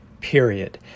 period